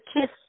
kiss